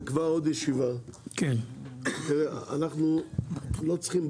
אנחנו לא צריכים עכשיו,